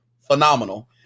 phenomenal